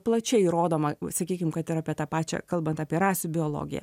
plačiai rodoma sakykim kad ir apie tą pačią kalbant apie rasių biologiją